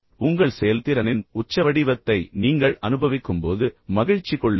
எனவே உங்கள் செயல்திறனின் உச்ச வடிவத்தை நீங்கள் அனுபவிக்கும்போது மகிழ்ச்சி கொள்ளுங்கள்